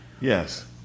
Yes